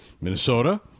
Minnesota